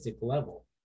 level